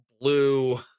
blue